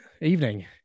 evening